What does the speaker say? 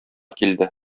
килде